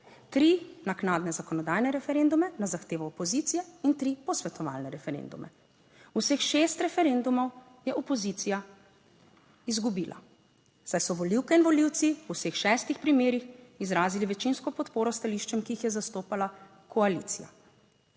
tri naknadne zakonodajne referendume na zahtevo opozicije in tri posvetovalne referendume. Vseh šest referendumov je opozicija izgubila, saj so volivke in volivci v vseh šestih primerih izrazili večinsko podporo stališčem, ki jih je zastopala koalicija.